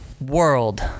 World